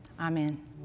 amen